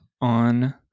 on